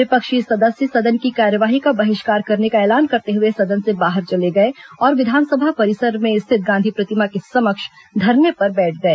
विपक्षी सदस्य सदन की कार्यवाही का बहिष्कार करने का ऐलान करते हुए सदन से बाहर चले गए और विधानसभा परिसर में स्थित गांधी प्रतिमा के समक्ष धरने पर बैठ गए